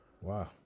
Wow